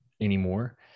anymore